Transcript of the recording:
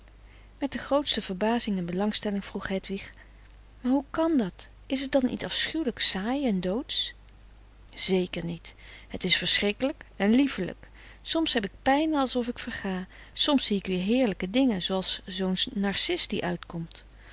met de grootste verbazing en belangstelling vroeg hedwig maar hoe kan dat is het dan niet afschuwelijk saai en doodsch zeker niet het is verschrikkelijk en liefelijk soms heb ik pijne as of ik verga soms zie ik weer heerl'ke dinge zooals zoo'n narcis die uitkomt